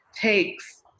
takes